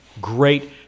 great